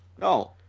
No